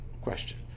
question